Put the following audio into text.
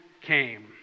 came